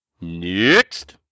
next